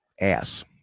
ass